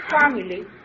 family